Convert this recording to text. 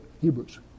Hebrews